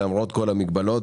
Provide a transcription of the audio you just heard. למרות כל המגבלות,